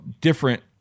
different